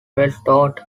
restored